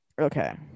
Okay